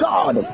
God